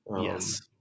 Yes